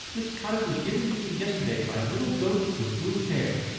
this cottage was given to me yesterday by a little goat with blue hair.